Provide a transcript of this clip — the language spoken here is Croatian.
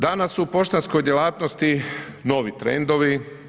Danas u poštanskoj djelatnosti novi trendovi.